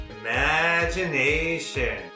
Imagination